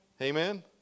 Amen